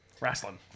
wrestling